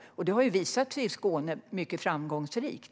Det har visat sig i Skåne, där det har varit mycket framgångsrikt.